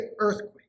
earthquake